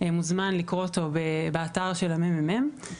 מוזמן לקרוא את המסמך באתר של מרכז המחקר והמידע.